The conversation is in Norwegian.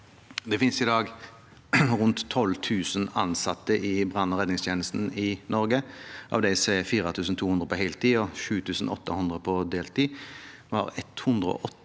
Det finnes i dag rundt 12 000 ansatte i brann- og redningstjenesten i Norge. Av dem er 4 200 på heltid og 7 800 på deltid. Vi har 198